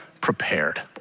prepared